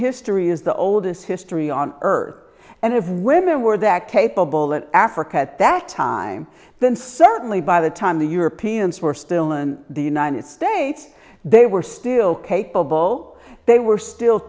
history is the oldest history on earth and if women were that capable in africa at that time then certainly by the time the europeans were still in the united states they were still capable they were still